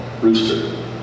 Rooster